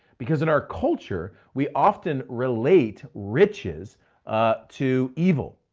because in our culture, we often relate riches to evil.